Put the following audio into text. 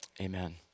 Amen